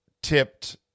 tipped